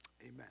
amen